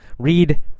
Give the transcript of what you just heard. read